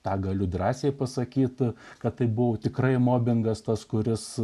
tą galiu drąsiai pasakyti kad tai buvo tikrai mobingas tas kuris